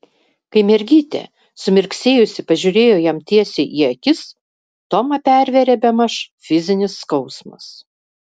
kai mergytė sumirksėjusi pažiūrėjo jam tiesiai į akis tomą pervėrė bemaž fizinis skausmas